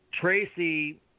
Tracy